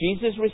Jesus